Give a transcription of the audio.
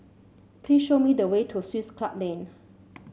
please show me the way to Swiss Club Lane